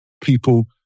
people